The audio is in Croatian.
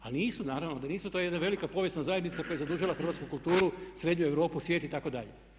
Ali nisu, naravno da nisu, to je jedna velika povijesna zajednica koja je zadužila hrvatsku kulturu, srednju Europu, svijet itd.